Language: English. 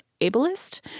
ableist